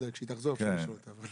כשהיא תחזור צריך לשאול אותה.